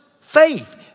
faith